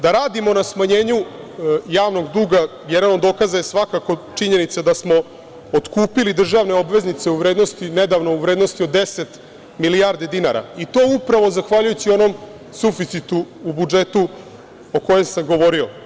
Da radimo na smanjenju javnog duga, jer on je dokaz da je svakako činjenica da smo otkupili državne obveznice u vrednosti od 10 milijardi dinara, i to upravo zahvaljujući onom suficitu u budžetu o kojem sam govorio.